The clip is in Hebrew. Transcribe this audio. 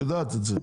את יודעת את זה.